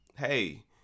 Hey